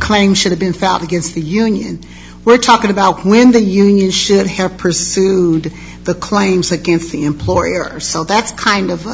claim should have been found gives the union we're talking about when the us should have pursued the claims against the employers so that's kind of